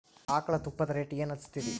ಆಕಳ ತುಪ್ಪದ ರೇಟ್ ಏನ ಹಚ್ಚತೀರಿ?